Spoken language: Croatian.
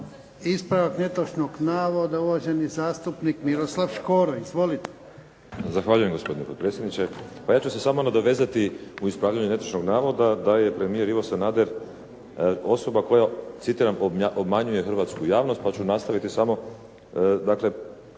Ispravak netočnog navoda, uvaženi zastupnik Miroslav Škoro. Izvolite. **Škoro, Miroslav (HDZ)** Zahvaljujem gospodine potpredsjedniče. Pa ja ću se samo nadovezati u ispravljanju netočnog navoda, da je premijer Ivo Sanader osoba koja citiram: "obmanjuje hrvatsku javnost" pa ću nastaviti samo dakle